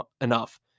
enough